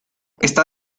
está